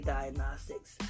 Diagnostics